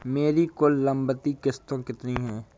मेरी कुल लंबित किश्तों कितनी हैं?